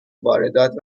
واردات